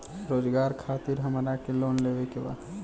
रोजगार खातीर हमरा के लोन लेवे के बा?